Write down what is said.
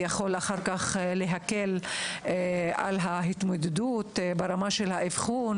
ויכול אחר כך להקל בהתמודדות ברמת האבחון